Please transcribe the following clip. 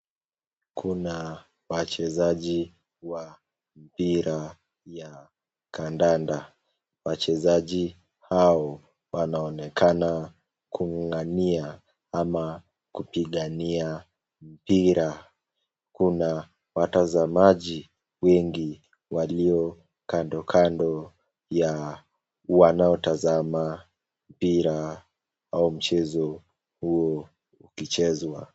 Kuna wachezaji Wa mpira ya kandanda Wachezaji hao wanaonekana kung'ang'ania au kupigania mpira. Kuna watazamaji wengi walio kandokando ya wanaotazama mpira ama mchezo huo ukichezwa.